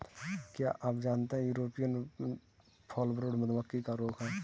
क्या आप जानते है यूरोपियन फॉलब्रूड मधुमक्खी का रोग है?